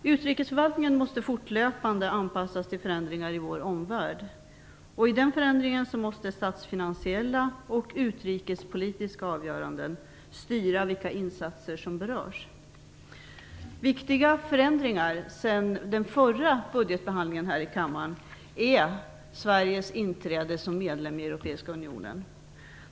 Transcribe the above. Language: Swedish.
Utrikesförvaltningen måste fortlöpande anpassas till förändringar i vår omvärld. I den förändringen måste statsfinansiella och utrikespolitiska avgöranden styra vilka insatser som berörs. Viktiga förändringar sedan den förra budgetbehandlingen här i kammaren är Sveriges inträde som medlem i Europeiska unionen.